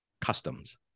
customs